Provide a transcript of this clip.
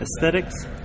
aesthetics